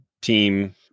team